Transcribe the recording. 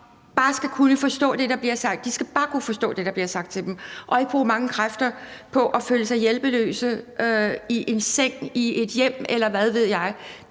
bare at skulle kunne forstå det, der bliver sagt. De skal bare kunne forstå det, der bliver sagt til dem, og ikke bruge mange kræfter på at føle sig hjælpeløse i en seng, i et hjem, eller hvad ved jeg.